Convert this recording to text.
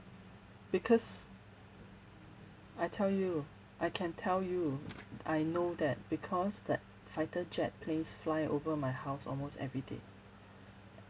because I tell you I can tell you I know that because that fighter jet planes fly over my house almost everyday